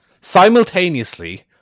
simultaneously